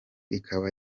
ikaba